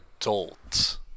adult